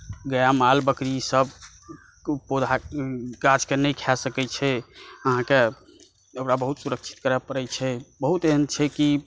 गाय माल बकरी ई सबके पौधा गाछकेँ नहि खाए सकै छै अहाँकेँ ओकरा बहुत सुरक्षित करऽ पड़ै छै बहुत एहेन छै कि